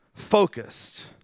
focused